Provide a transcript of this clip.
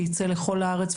שייצא לכל הארץ,